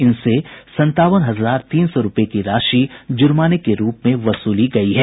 इनसे संतावन हजार तीन सौ रूपये की राशि जुर्माने के रूप में वसूली गयी है